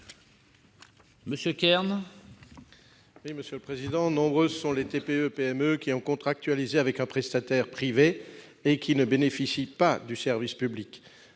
Monsieur Kern,